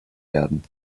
werden